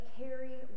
carry